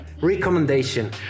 recommendation